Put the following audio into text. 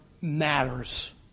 matters